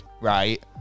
right